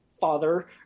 father